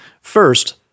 First